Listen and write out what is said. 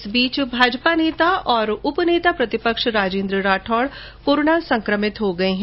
इस बीच भाजपा नेता और उप नेता प्रतिपक्ष राजेन्द्र राठौड़ कोरोना संकमित हो गए हैं